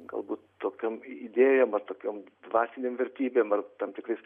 galbūt tokiom idėjom ar tokiom dvasinėm vertybėm ar tam tikrais